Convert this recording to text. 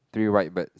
three white birds